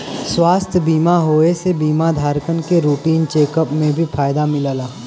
स्वास्थ्य बीमा होये से बीमा धारकन के रूटीन चेक अप में भी फायदा मिलला